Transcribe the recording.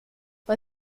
bei